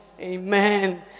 Amen